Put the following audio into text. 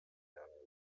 werden